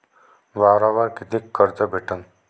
वावरावर कितीक कर्ज भेटन?